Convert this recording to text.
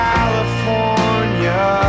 California